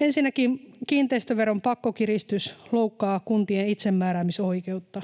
Ensinnäkin kiinteistöveron pakkokiristys loukkaa kuntien itsemääräämisoikeutta.